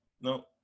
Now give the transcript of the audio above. No